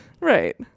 Right